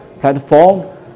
platform